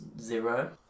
zero